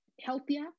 healthier